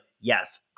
yes